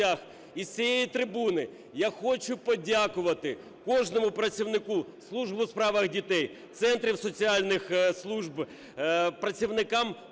І з цієї трибуни я хочу подякувати кожному працівнику Служби у справах дітей, центрів соціальних служб, працівникам